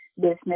business